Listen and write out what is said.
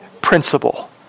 principle